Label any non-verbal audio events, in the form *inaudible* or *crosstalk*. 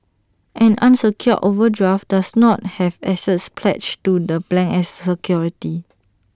an unsecured overdraft does not have assets pledged to the *unintelligible* as security